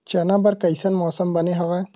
चना बर कइसन मौसम बने हवय?